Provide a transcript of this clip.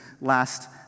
last